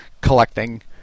collecting